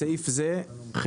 בסעיף זה - "חברה"